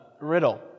riddle